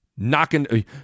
Knocking